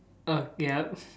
uh yup